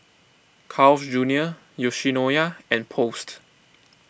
Carl's Junior Yoshinoya and Post